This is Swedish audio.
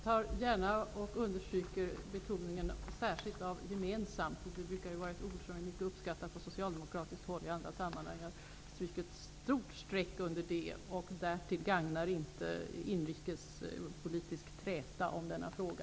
Fru talman! Jag tar gärna fasta på betoningen av ''gemensamt''. Det är ett ord som brukar vara särskilt uppskattat på socialdemokratiskt håll i andra sammanhang. Jag stryker ett stort streck under det ordet. Inrikespolitisk träta gagnar inte denna fråga.